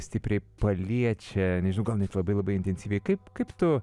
stipriai paliečia nežinau gal net labai labai intensyviai kaip kaip tu